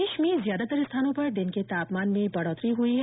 प्रदेश में ज्यादातर स्थानों पर दिन के तापमान में बढ़ोतरी हुई है